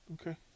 Okay